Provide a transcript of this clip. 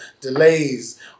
delays